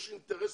יש כאן אינטרס